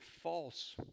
false